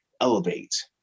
elevate